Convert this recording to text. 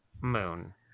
moon